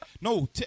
No